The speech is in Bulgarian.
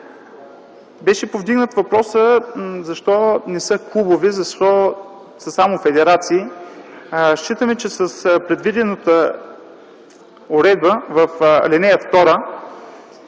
Беше повдигнат въпросът защо не са клубове, защо са само федерации. Считаме, че с предвидената уредба в ал. 2,